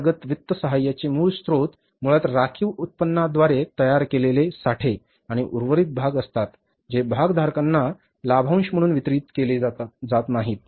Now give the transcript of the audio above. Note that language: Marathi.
अंतर्गत वित्तसहाय्याचे मूळ स्त्रोत मुळात राखीव उत्पन्नाद्वारे तयार केलेले साठे आणि उर्वरित भाग असतात जे भागधारकांना लाभांश म्हणून वितरित केले जात नाहीत